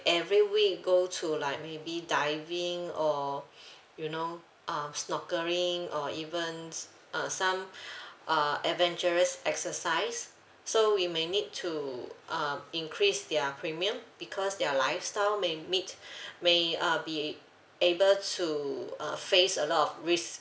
every week go to like maybe diving or you know uh snorkeling or even uh some uh adventurous exercise so we may need to um increase their premium because their lifestyle may meet may uh be able to uh face a lot of risk